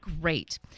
Great